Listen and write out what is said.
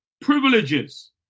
Privileges